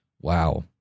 Wow